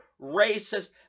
racist